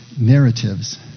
narratives